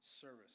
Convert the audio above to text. service